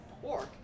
pork